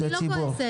אני לא כועסת.